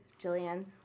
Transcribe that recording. Jillian